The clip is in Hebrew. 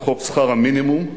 את חוק שכר המינימום.